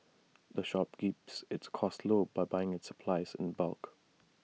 the shop keeps its costs low by buying its supplies in bulk